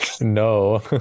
No